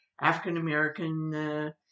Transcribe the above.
African-American